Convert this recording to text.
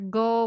go